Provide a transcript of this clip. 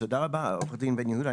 תודה רבה, עו"ד בן יהודה.